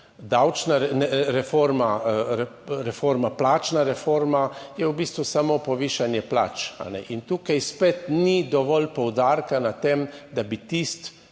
davčna reforma, plačna reforma je v bistvu samo povišanje plač. In tukaj spet ni dovolj poudarka na tem, da bi tisti